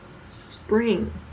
spring